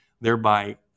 thereby